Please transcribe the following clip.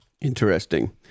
Interesting